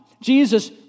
Jesus